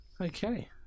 Okay